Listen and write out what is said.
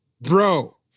bro